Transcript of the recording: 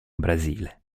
brasile